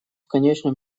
конечном